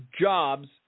jobs